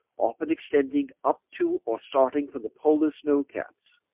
often extending up to or starting from the polar snow-caps.